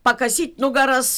pakasyt nugaras